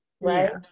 right